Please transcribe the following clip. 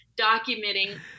documenting